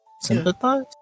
Sympathize